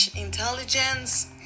intelligence